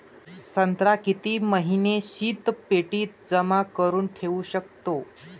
संत्रा किती महिने शीतपेटीत जमा करुन ठेऊ शकतो?